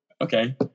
Okay